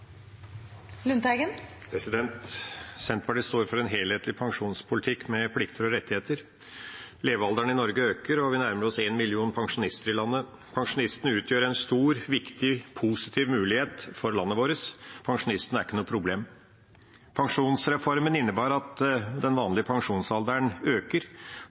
Senterpartiet står for en helhetlig pensjonspolitikk med plikter og rettigheter. Levealderen i Norge øker, og vi nærmer oss én million pensjonister i landet. Pensjonistene utgjør en stor, viktig og positiv mulighet for landet vårt. Pensjonistene er ikke noe problem. Pensjonsreformen innebærer at den vanlige pensjonsalderen øker.